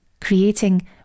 Creating